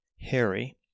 Harry